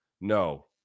No